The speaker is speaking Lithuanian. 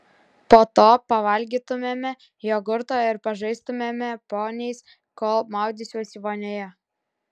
po to pavalgytumėme jogurto ir pažaistumėme poniais kol maudysiuosi vonioje